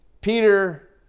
Peter